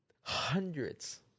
Hundreds